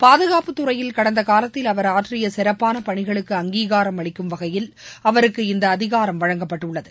பாதுகாப்பு துறையில் கடந்த காலத்தில் அவர் ஆற்றிய சிறப்பான பணிகளுக்கு அங்கீகாரம் அளிக்கும் வகையில் அவருக்கு இந்த அதிகாரம் வழங்கப்பட்டுள்ளது